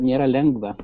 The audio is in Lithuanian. nėra lengva